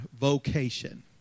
vocation